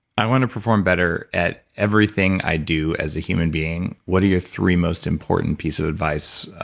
i want to perform better at everything i do as a human being, what are your three most important pieces of advice?